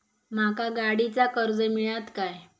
माका गाडीचा कर्ज मिळात काय?